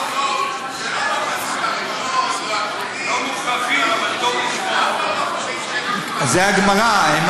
הרב ליצמן, זה הגמרא.